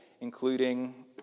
including